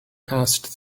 past